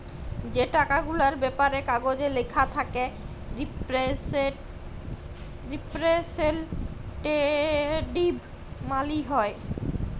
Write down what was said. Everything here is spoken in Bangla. যে টাকা গুলার ব্যাপারে কাগজে ল্যাখা থ্যাকে রিপ্রেসেলট্যাটিভ মালি হ্যয়